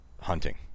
hunting